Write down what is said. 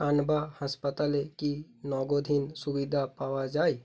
কানবা হাসপাতালে কি নগদহীন সুবিধা পাওয়া যায়